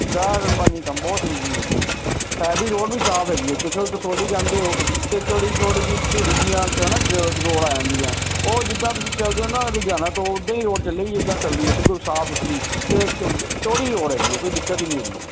ਕੰਮ ਬਹੁਤ ਹੋਈ ਹੋਈ ਆ ਜੀ ਹੈ ਵੀ ਰੋਡ ਵੀ ਸਾਫ ਹੈ ਜਦੋਂ ਕਸੋਲੀ ਜਾਂਦੇ ਹੋ ਅਤੇ ਚੌੜੀ ਚੌੜੀ ਜੀ ਭੀੜੀਆਂ ਜਿਹੀਆ ਰੋਡਾਂ ਆਉਂਦੀਆਂ ਉਹ ਜਿੱਦਾਂ ਤੁਸੀਂ ਚਲ ਜੋ ਨਾ ਜਗ੍ਹਾ ਤੋਂ ਉੱਦਾ ਹੀ ਚੱਲਦੀ ਹੈ ਬਿਲਕੁਲ ਸਾਫ ਸੁਥਰੀ ਅਤੇ ਚੌੜੀ ਹੋਰ ਹੈਗੀ ਆ ਕੋਈ ਦਿੱਕਤ ਹੀ ਨਹੀਂ ਹੈਗੀ